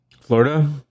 florida